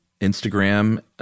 Instagram